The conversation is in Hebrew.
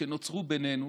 שנוצרו בינינו